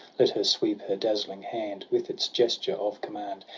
let her sweep her dazzling hand with its gesture of command,